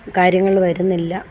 കാര്യങ്ങൾ വരുന്നില്ല